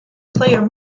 player